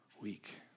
week